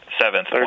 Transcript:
Seventh